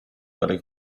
dalle